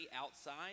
outside